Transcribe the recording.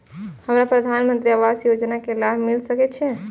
हमरा प्रधानमंत्री आवास योजना के लाभ मिल सके छे?